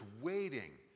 waiting